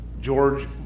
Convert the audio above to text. George